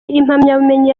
impamyabumenyi